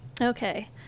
Okay